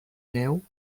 neu